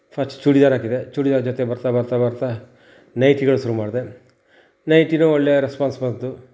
first churidar ಹಾಕಿದೆ ಚೂಡಿದಾರ್ ಜೊತೆ ಬರ್ತಾ ಬರ್ತಾ ಬರ್ತಾ ನೈಟಿಗಳು ಶುರು ಮಾಡಿದೆ ನೈಟಿನು ಒಳ್ಳೆ ರೆಸ್ಪಾನ್ಸ್ ಬಂತು